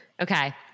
Okay